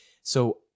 So-